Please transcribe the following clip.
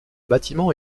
bâtiment